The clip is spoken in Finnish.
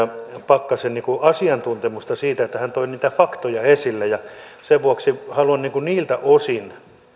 pakkasen asiantuntemusta mutta siitä että hän toi niitä faktoja esille sen vuoksi haluan niiltä osin sanoa